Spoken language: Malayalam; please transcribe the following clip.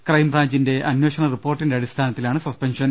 ക്രൈംബ്രാഞ്ചിന്റെ അന്വേഷണ റിപ്പോർട്ടിന്റെ അടിസ്ഥാനത്തിലാണ് സസ്പെൻഷൻ